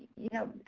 you know,